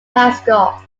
mascot